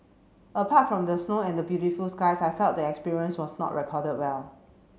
apart from the snow and the beautiful skies I felt the experience was not recorded well